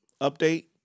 Update